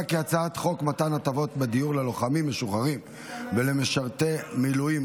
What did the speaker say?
בדיור ללוחמים משוחררים ולמשרתי מילואים,